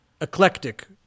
eclectic